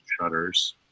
shutters